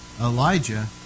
Elijah